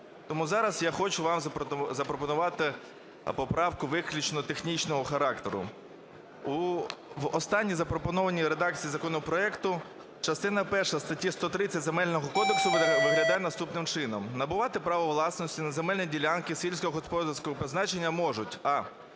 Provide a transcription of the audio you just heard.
Тому зараз я хочу вам запропонувати поправку виключно технічного характеру. В останній запропонованій редакції законопроекту частина перша статті 130 Земельного кодексу виглядає наступним чином: "Набувати право власності на земельні ділянки сільськогосподарського призначення можуть: